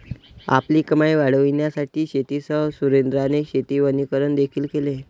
आपली कमाई वाढविण्यासाठी शेतीसह सुरेंद्राने शेती वनीकरण देखील केले